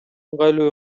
ыңгайлуу